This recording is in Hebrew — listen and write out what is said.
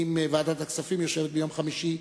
ואם ועדת הכספים יושבת ביום חמישי,